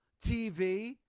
TV